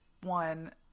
one